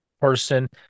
person